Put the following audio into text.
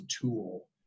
tool